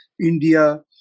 India